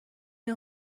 این